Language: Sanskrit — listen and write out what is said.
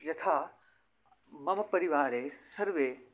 यथा मम परिवारे सर्वे